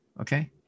Okay